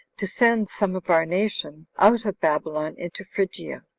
to send some of our nation out of babylon into phrygia.